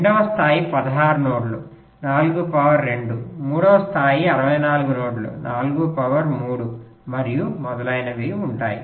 రెండవ స్థాయి 16 నోడ్లు 4 పవర్ 2 కు మూడవ స్థాయి 64 నోడ్లు 4 పవర్ 3 కి మరియు మొదలైనవి ఉంటాయి